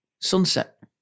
sunset